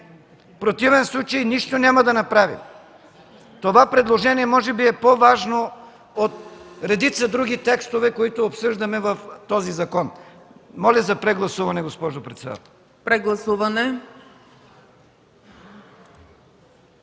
противен случай нищо няма да направим. Това предложение може би е по-важно от редица други текстове, които обсъждаме в този закон. Моля за прегласуване, госпожо председател. ПРЕДСЕДАТЕЛ